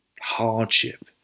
hardship